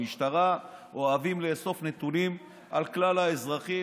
במשטרה אוהבים לאסוף נתונים על כלל האזרחים,